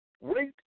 wait